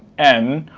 n,